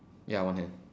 ya one hand